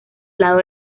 lado